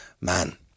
man